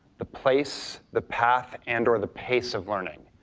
the place, the path, and or the pace of learning,